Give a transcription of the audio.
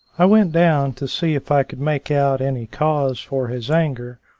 i went down to see if i could make out any cause for his anger,